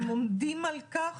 והם עומדים על כך,